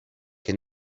que